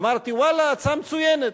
אמרתי: ואללה, הצעה מצוינת.